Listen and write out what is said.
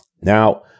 Now